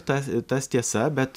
ta tas tiesa bet